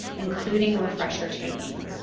including refresher training.